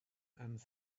and